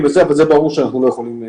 פה כתוב זה לקוח מה-17 לאוקטובר.